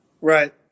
Right